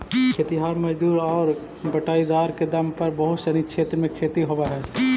खेतिहर मजदूर आउ बटाईदार के दम पर बहुत सनी क्षेत्र में खेती होवऽ हइ